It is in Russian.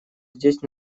здесь